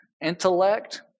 intellect